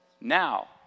Now